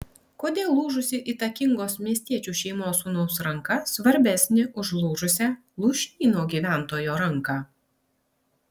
kodėl lūžusi įtakingos miestiečių šeimos sūnaus ranka svarbesnė už lūžusią lūšnyno gyventojo ranką